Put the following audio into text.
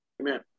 Amen